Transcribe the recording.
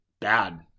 bad